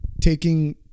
taking